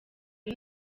ari